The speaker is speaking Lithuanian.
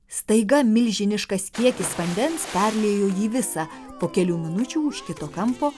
staiga milžiniškas kiekis vandens perliejo jį visą po kelių minučių už kito kampo